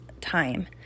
time